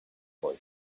boy